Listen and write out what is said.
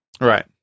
right